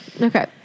Okay